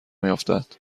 میافتد